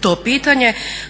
to pitanje